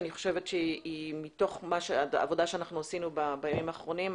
שמתוך עבודה שעשינו בימים האחרונים,